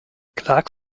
clarke